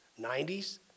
90s